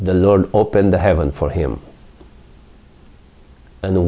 the lord opened the heaven for him and the